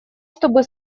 чтобы